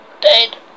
dead